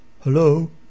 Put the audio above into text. Hello